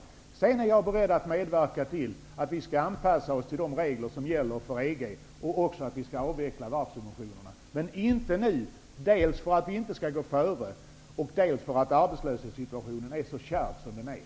Sedan är jag beredd att medverka till att vi skall anpassa oss till de regler som gäller inom EG och till att vi skall avveckla varvssubventionerna. Men vi skall inte göra det nu dels för att inte gå före, dels för att arbetslöshetssituationen är så kärv.